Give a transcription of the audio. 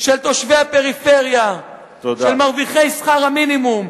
של תושבי הפריפריה, של מרוויחי שכר המינימום,